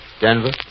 Denver